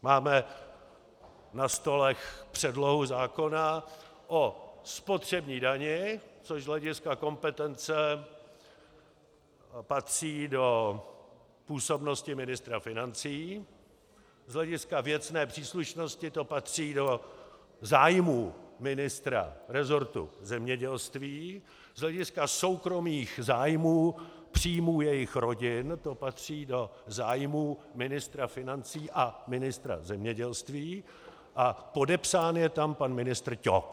Máme na stolech předlohu zákona o spotřební dani, což z hlediska kompetence patří do působnost ministra financí, z hlediska věcné příslušnosti to patří do zájmů ministra resortu zemědělství, z hlediska soukromých zájmů příjmů jejich rodin to patří do zájmů ministra financí a ministra zemědělství a podepsán je tam pan ministr Ťok.